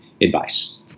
advice